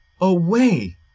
away